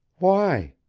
why?